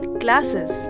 classes